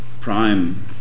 prime